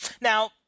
Now